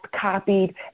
copied